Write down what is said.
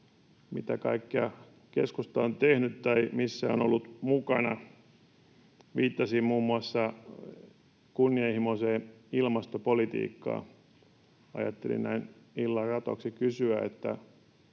mitä kaikkea keskusta on tehnyt tai missä on ollut mukana, viittasi muun muassa kunnianhimoiseen ilmastopolitiikkaan. Ajattelin näin illan ratoksi kysyä, miten